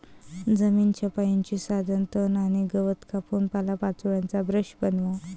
जमीन छपाईचे साधन तण आणि गवत कापून पालापाचोळ्याचा ब्रश बनवा